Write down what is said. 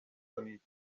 کنید